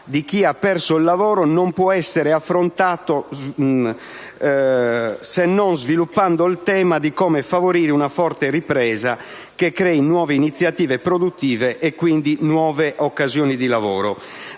di chi ha perso il lavoro non può essere affrontato se non si mette al centro il tema di come favorire una forte ripresa che crei nuove iniziative produttive e - quindi - nuove occasioni di lavoro.